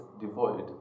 devoid